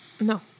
No